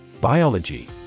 Biology